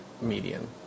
median